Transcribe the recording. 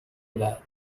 میدهد